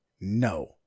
no